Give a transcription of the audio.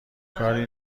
کاری